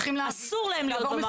אסור להם להיות במערכת.